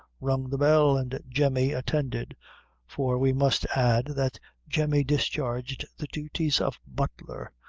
rung the bell, and jemmy attended for we must add, that jemmy discharged the duties of butler,